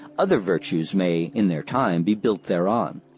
other virtues may, in their time, be built thereon.